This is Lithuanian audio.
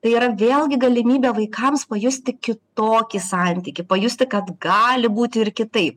tai yra vėlgi galimybė vaikams pajusti kitokį santykį pajusti kad gali būti ir kitaip